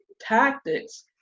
tactics